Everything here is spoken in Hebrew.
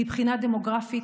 מבחינה דמוגרפית,